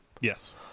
Yes